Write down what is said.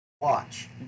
watch